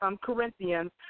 Corinthians